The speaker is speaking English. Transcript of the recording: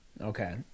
Okay